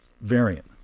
variant